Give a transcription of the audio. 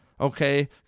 okay